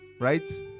right